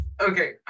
Okay